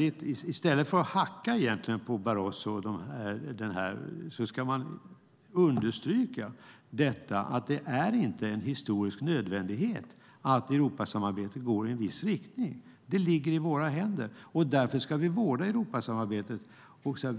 I stället för att hacka på Barroso och de planerna ska man understryka att det inte är en historisk nödvändighet att Europasamarbetet går i en viss riktning. Det ligger i våra händer. Därför ska vi vårda Europasamarbetet,